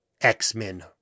X-Men